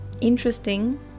Interesting